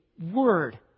word